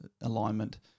alignment